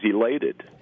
elated